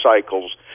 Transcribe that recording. cycles